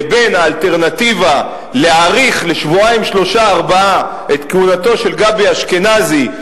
לבין האלטרנטיבה להאריך לשבועיים-שלושה-ארבעה את כהונתו של גבי אשכנזי,